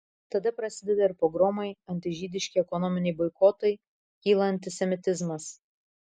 tada prasideda ir pogromai antižydiški ekonominiai boikotai kyla antisemitizmas